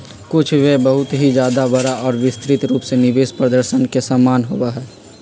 कुछ व्यय बहुत ही ज्यादा बड़ा और विस्तृत रूप में निवेश प्रदर्शन के समान होबा हई